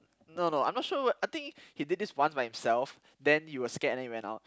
no no I'm not sure what I think he did this once by himself then he was scared and then he ran out